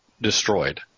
destroyed